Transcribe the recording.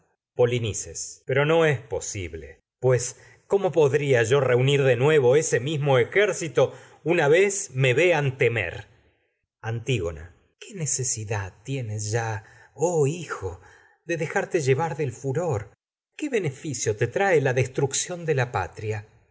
polinices pero no es posible pues cómo una podría me yo reunir de nuevo ese mismo ejército vez vean temer antígona qué necesidad tienes furor qué ya oh hijo de la des dejarte llevar del trucción de la beneficio te trae patria